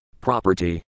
property